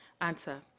Answer